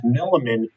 Milliman